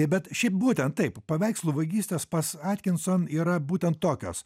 bet šiaip būtent taip paveikslų vagystės pas atkinson yra būtent tokios